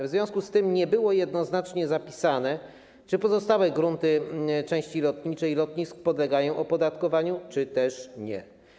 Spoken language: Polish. W związku z tym nie było jednoznacznie zapisane, czy pozostałe grunty części lotniczej lotnisk podlegają opodatkowaniu, czy też nie.